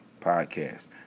podcast